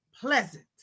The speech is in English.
pleasant